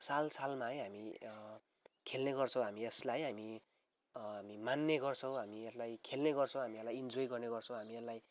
साल सालमा है हामी खेल्ने गर्छौँ हामी यसलाई हामी मान्ने गर्छौँ हामी यसलाई खेल्ने गर्छौँ हामी यसलाई इन्जोय गर्ने गर्छौँ हामी यसलाई